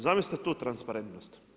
Zamislite tu transparentnost.